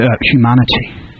Humanity